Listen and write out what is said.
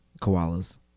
koalas